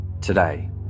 Today